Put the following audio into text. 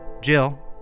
Jill